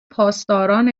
پاسداران